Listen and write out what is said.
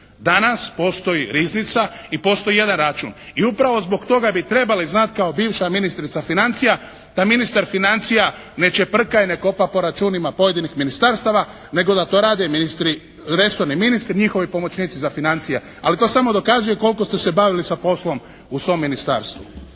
Danas postoji Riznica i postoji jedan račun. I upravo zbog toga bi trebali znat kao bivša ministrica financija da ministar financija ne čeprka i ne kopa po računima pojedinih ministarstava nego da to rade ministri, resorni ministri i njihovi pomoćnici za financije. Ali to samo dokazuje koliko ste se bavili sa poslom u svom ministarstvu.